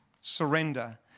surrender